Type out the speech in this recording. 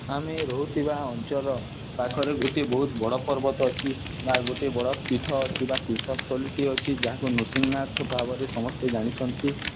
ଆମେ ରହୁଥିବା ଅଞ୍ଚଲ ପାଖରେ ଗୋଟିେ ବହୁତ ବଡ଼ ପର୍ବତ ଅଛି ବା ଗୋଟେ ବଡ଼ ପିଠ ଅଛି ବା ତୀର୍ଥସ୍ଥଲୀଟି ଅଛି ଯାହାକୁ ନୃସିଂନାଥ ଭାବରେ ସମସ୍ତେ ଜାଣିଛନ୍ତି